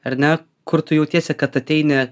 ar ne kur tu jautiesi kad ateini